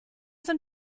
sind